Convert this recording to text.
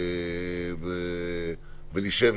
ונשב,